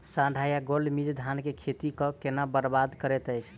साढ़ा या गौल मीज धान केँ खेती कऽ केना बरबाद करैत अछि?